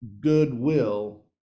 goodwill